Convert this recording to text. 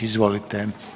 Izvolite.